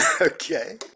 okay